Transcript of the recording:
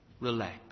relax